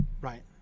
right